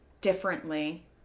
differently